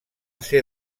ser